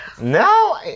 No